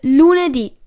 lunedì